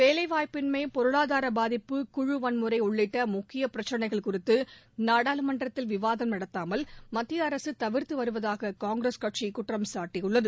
வேலைவாய்ப்பின்மை பொருளாதார பாதிப்பு குழு வன்முறை உள்ளிட்ட முக்கியப் பிரச்சினைகள் குறித்து நாடாளுமன்றத்தில் விவாதம் நடத்தாமல் மத்திய அரசு தவிர்த்து வருவதாக காங்கிரஸ் கட்சி குற்றம் சாட்டியுள்ளது